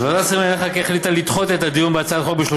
על כל